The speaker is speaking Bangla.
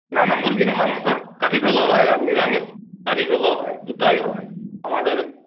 না না মুরগীর মাংসর কাঠি রোলও হয় আর নিরামিষ কাঠি রোলও হয় দুটোই হয় আমাদের